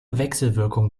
wechselwirkung